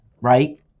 right